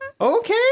Okay